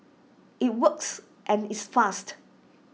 IT works and it's fast